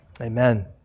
Amen